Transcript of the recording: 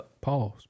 Pause